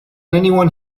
anyone